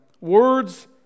Words